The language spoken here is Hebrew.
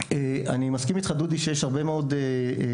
אני מסכים איתך דודי שיש הרבה מאוד סוגיות.